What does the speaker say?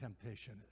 temptation